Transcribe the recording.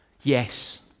Yes